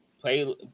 play